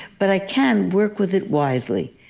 but i can work with it wisely.